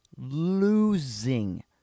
Losing